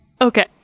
Okay